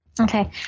Okay